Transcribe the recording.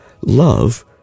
love